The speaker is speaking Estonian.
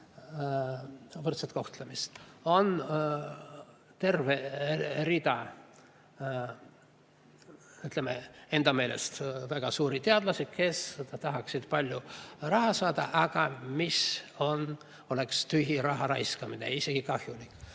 võrdset kohtlemist. On terve rida, ütleme, enda meelest väga suuri teadlasi, kes tahaksid palju raha saada, aga see oleks tühi raha raiskamine, isegi kahjulik.